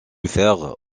faire